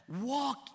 Walk